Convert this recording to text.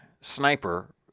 sniper